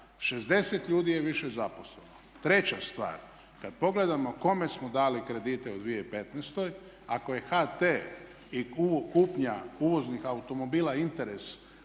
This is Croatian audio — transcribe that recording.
60 ljudi je više zaposleno. Treća stvar, kad pogledamo kome smo dali kredite u 2015. ako je HT i kupnja uvoznih automobila interes